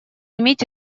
иметь